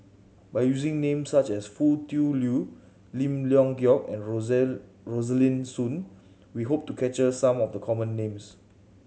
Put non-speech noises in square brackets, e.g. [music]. by using names such as Foo Tui Liew Lim Leong Geok and [unintelligible] Rosaline Soon we hope to capture some of the common names